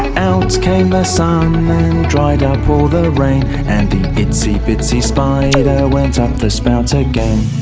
out came the sun and dried up all the the ran and the itsy bitsy spider went up the spout again